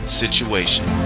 situation